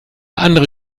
andere